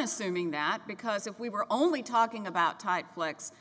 assuming that because if we were only talking about type lex